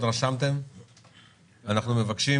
אנחנו מבקשים